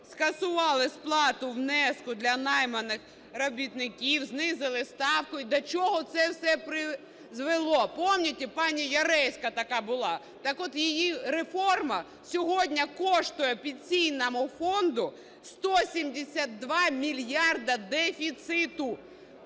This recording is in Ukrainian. скасували сплату внеску для найманих робітників, знизили ставку. І до чого це все призвело? Пам'ятаєте, пані Яресько така була? Так от, її реформа сьогодні коштує Пенсійному фонду 172 мільярди дефіциту.